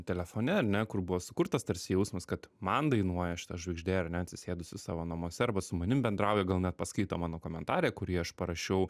telefone ar ne kur buvo sukurtas tarsi jausmas kad man dainuoja šita žvaigždė ar ne atsisėdusi savo namuose arba su manim bendrauja gal net paskaito mano komentare kurį aš parašiau